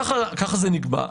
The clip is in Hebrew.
כך זה נגבה.